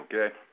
Okay